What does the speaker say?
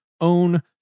Own